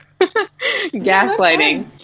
gaslighting